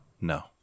No